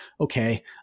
okay